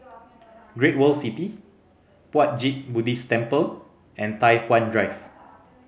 Great World City Puat Jit Buddhist Temple and Tai Hwan Drive